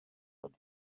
yfed